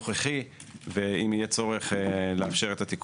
ביטול סעיף 403.סעיף 40 לחוק העיקרי, בטל.